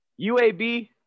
UAB